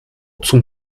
zum